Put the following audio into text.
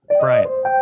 Brian